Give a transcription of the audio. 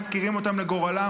מפקירים אותם לגורלם,